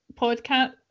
podcast